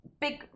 big